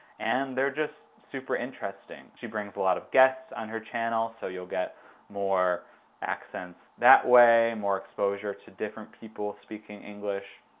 and they're just super interesting. she brings a lot of guests on her channel, so you'll get more accents that way, more exposure to different people speaking english.